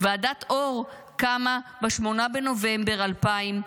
ועדת אור קמה ב-8 בנובמבר 2000,